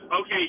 okay